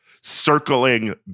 circling